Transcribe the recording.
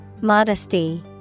Modesty